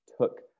took